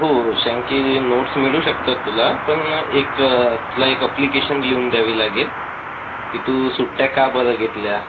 हो शँकी नोट्स मिळू शकतात तुला पण ना एक तुला एक अप्लिकेशन लिहून द्यावी लागेल की तू सुट्ट्या का बरं घेतल्या